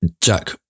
Jack